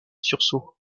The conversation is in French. sursaut